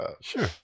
sure